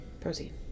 proceed